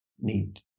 need